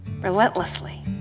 relentlessly